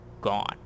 gone